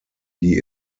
die